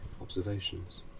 observations